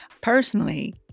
personally